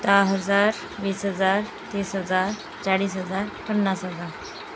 दहा हजार वीस हजार तीस हजार चाळीस हजार पन्नास हजार